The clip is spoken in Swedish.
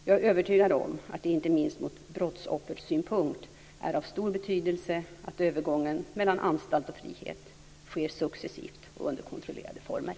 Jag är övertygad om att det inte minst ur brottsoffersynpunkt är av stor betydelse att övergången mellan anstalt och frihet sker successivt och under kontrollerade former.